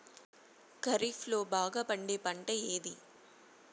ఖరీఫ్ లో బాగా పండే పంట ఏది?